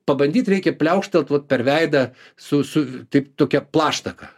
pabandyt reikia pliaukštelt vat per veidą su su taip tokia plaštaka